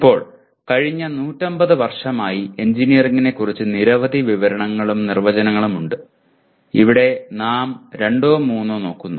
ഇപ്പോൾ കഴിഞ്ഞ 150 വർഷമായി എഞ്ചിനീയറിംഗിനെക്കുറിച്ച് നിരവധി വിവരണങ്ങളും നിർവചനങ്ങളും ഉണ്ട് ഇവിടെ നാം രണ്ടോ മൂന്നോ നോക്കുന്നു